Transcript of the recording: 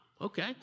Okay